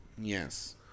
Yes